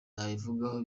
nabivugaho